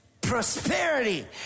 prosperity